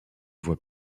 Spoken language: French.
voie